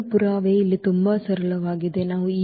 ಒಂದು ಪುರಾವೆ ಇಲ್ಲಿ ತುಂಬಾ ಸರಳವಾಗಿದೆ ನಾವು